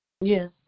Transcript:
Yes